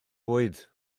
bwyd